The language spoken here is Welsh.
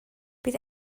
bydd